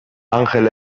angel